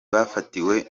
bafatiwe